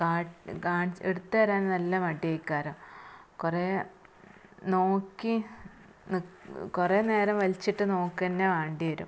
കാണിച്ച് എടുത്ത് തരാന് നല്ല മടിക്കാരാണ് കുറേ നോക്കി കുറേ നേരം വലിച്ചിട്ട് നോക്കുക തന്നെ വേണ്ടി വരും